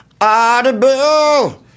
Audible